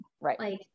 Right